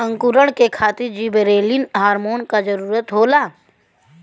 अंकुरण के खातिर जिबरेलिन हार्मोन क जरूरत होला